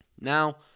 Now